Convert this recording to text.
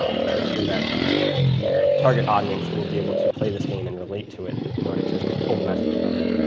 um making sure that the target audience will be able to play this game and relate to it in order to pull the message from it,